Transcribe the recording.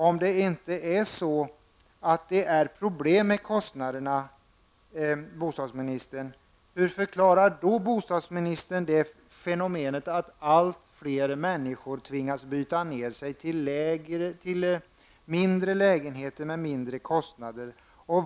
Om det inte är problem med kostnaderna, bostadsministern, hur förklarar då bostadsministern det fenomenet att allt fler människor tvingas byta ner sig till mindre lägenheter med lägre kostnader?